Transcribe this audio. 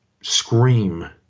scream